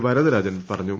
വരദരാജൻ പറഞ്ഞു